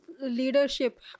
leadership